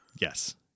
Yes